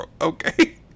Okay